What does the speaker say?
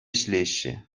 ӗҫлеҫҫӗ